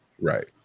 Right